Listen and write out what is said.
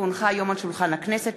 כי הונחה היום על שולחן הכנסת,